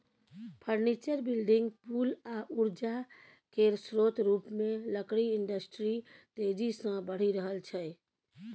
furniture, building, पुल आ उर्जा केर स्रोत रुपमे लकड़ी इंडस्ट्री तेजी सँ बढ़ि रहल छै